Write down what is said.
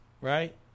right